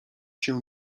się